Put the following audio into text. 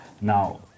Now